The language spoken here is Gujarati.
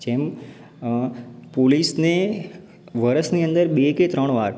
જેમ અ પોલીસને વર્ષની અંદર બે કે ત્રણ વાર